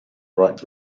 right